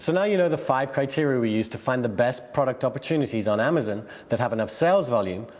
so now you know the five criteria we use to find the best product opportunities on amazon that have enough sales volume,